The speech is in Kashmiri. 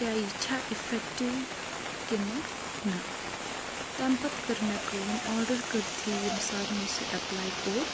کیٛاہ یہِ چھا اِفٮ۪کٹِو کِنہٕ نہ تَمہِ پَتہٕ کٔر مےٚ کٲم آرڈَر کٔرتھٕے ییٚمہِ ساتہٕ مےٚ سُہ اٮ۪پلاے کوٚر